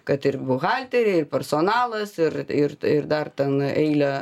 kad ir buhalteriai ir personalas ir ir ir dar ten eilė